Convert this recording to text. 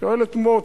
אני שואל את מוץ,